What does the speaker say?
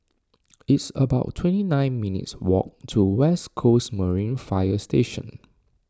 it's about twenty nine minutes' walk to West Coast Marine Fire Station